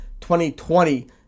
2020